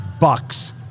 bucks